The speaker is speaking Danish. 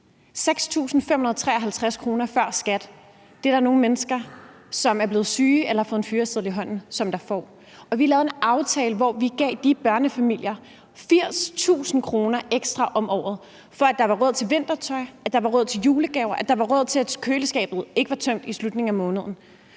6.553 kr. før skat er der nogle mennesker som er blevet syge eller som har fået en fyreseddel i hånden der får, og vi lavede en aftale, hvor vi gav de børnefamilier 80.000 kr. ekstra om året, for at der var råd til vintertøj, at der var råd til julegaver, at der var råd til, at køleskabet ikke var tømt i slutningen af måneden.